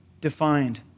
defined